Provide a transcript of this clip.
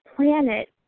planet